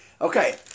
okay